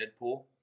Deadpool